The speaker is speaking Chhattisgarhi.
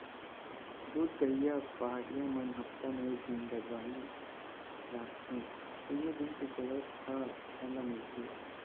दूद दुहइया पहाटिया मन हप्ता म एक दिन बरवाही राखते तेने दिन के गोरस ह ओला मिलथे